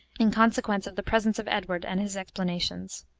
in consequence of the presence of edward and his explanations.